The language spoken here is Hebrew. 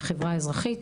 חברה אזרחית.